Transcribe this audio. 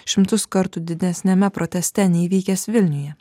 šimtus kartų didesniame proteste nei vykęs vilniuje